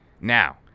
Now